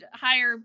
higher